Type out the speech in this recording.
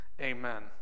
Amen